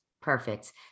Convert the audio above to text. perfect